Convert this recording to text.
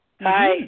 Hi